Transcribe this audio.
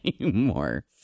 anymore